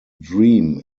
dream